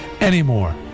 anymore